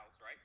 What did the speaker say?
right